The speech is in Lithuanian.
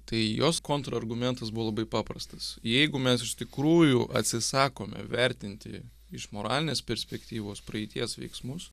tai jos kontrargumentas buvo labai paprastas jeigu mes iš tikrųjų atsisakom įvertinti iš moralinės perspektyvos praeities veiksmus